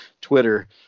Twitter